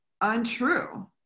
untrue